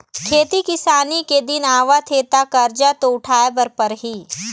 खेती किसानी के दिन आवत हे त करजा तो उठाए बर परही